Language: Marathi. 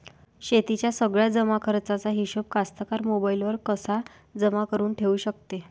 शेतीच्या सगळ्या जमाखर्चाचा हिशोब कास्तकार मोबाईलवर कसा जमा करुन ठेऊ शकते?